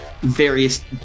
various